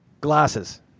Glasses